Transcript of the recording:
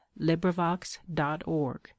LibriVox.org